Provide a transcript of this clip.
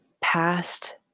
past